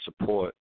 support